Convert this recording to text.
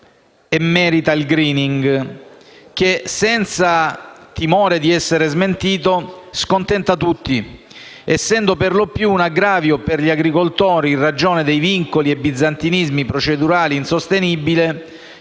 e merita il *greening* che, senza timore di essere smentito, posso dire che scontenta tutti, essendo per lo più un aggravio per gli agricoltori in ragione dei vincoli e dei bizantinismi procedurali insostenibili